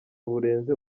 burenze